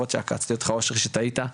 למרות שעקצתי אותך אושרי שטעית.